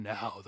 Now